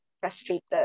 frustrated